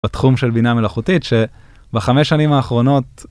בתחום של בינה מלאכותית שבחמש שנים האחרונות.